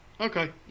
Okay